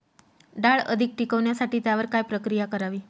डाळ अधिक टिकवण्यासाठी त्यावर काय प्रक्रिया करावी?